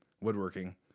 woodworking